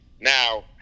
Now